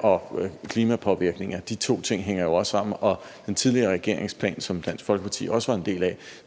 og klimapåvirkninger hænger jo også sammen, og den tidligere regerings plan, som Dansk Folkeparti også var en del af,